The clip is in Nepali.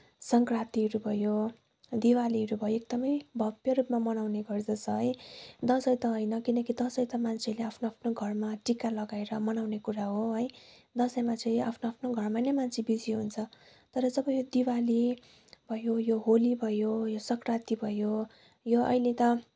सङ्क्रान्तिहरू भयो दिवालीहरू भयो एकदमै भव्य रूपमा मनाउने गर्दछन् है दसैँ त होइन किनभने दसैँ त मान्छेले आफ्नो आफ्नो घरमा टिका लगाएर मनाउने कुरा हो है दसैँमा चाहिँ आफ्नो आफ्नो घरमा नै मान्छे बिजी हुन्छन् तर जब यो दिवाली भयो यो होली भयो यो सङ्क्रान्ति भयो यो अहिले त